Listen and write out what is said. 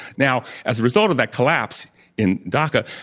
now, as a result of that collapse in dhaka,